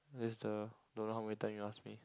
that's the don't know how many time you asked me